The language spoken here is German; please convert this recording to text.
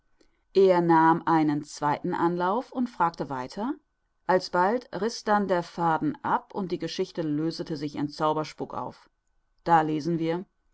er nahm einen zweiten anlauf und fragte weiter alsbald riß dann der faden ab und die geschichte lösete sich in zauberspuck auf da lesen wir